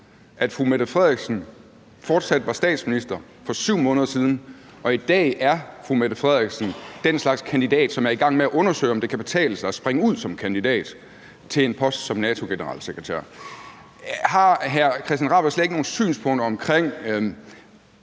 at fru Mette Frederiksen fortsat skulle være statsminister. Og i dag er fru Mette Frederiksen den slags kandidat, som er i gang med at undersøge, om det kan betale sig at springe ud som kandidat til en post som NATO-generalsekretær. Har hr. Christian Rabjerg Madsen slet ikke nogen synspunkter om